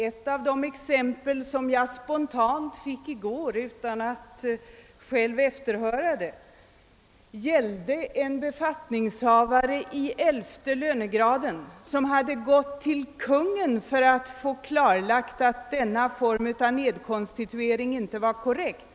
Ett av de exempel, som spontant gavs mig i går utan att jag själv hade frågat om det, gällde en befattningshavare i 11 lönegraden. Han hade gått till Kungl. Maj:t för att få klarlagt att denna form av nedkonstituering inte var korrekt.